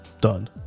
Done